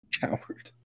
Coward